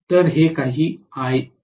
तर हे काही Ia